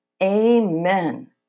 Amen